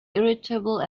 irritable